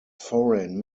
foreign